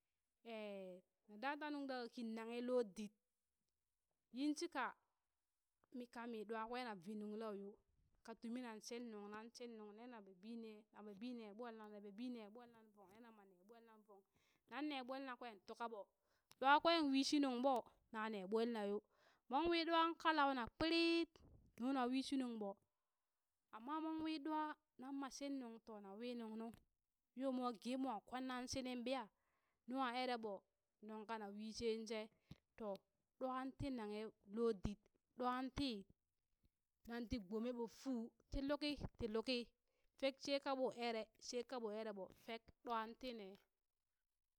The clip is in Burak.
na da nuŋ da gang kaki naghe lo did, yin shika mi ka mii ɗwa kwee na vii nuŋ lau yoo ka tumin nan shin nuŋ nan shin nuŋ ne na bebi ne na bebi ne ɓolna na bebi ne ɓolna vong ne na bebi ne ɓolnaŋ vong, nan ne ɓolna kwen tuka ɓo, ɗwa kwen wishi nuŋ ɓo na ne ɓolna yo, mon wii ɗwan kalau na kpiriit, nu na wishi nuŋɓo amma monwii ɗwa nan ma shin nuŋ to na wii nuŋ nu, yo mwa ge mwa kon nan shinin ɓiya, nua ere ɓo nuŋ kana wishen she, to ɗwan ti naghe lo did, ɗwan tii nan ti gbome ɓo fuu ɓo, ti luki ti luki fek she kaɓo ere she ka ɓo ere ɓo fek ɗwan ti ne.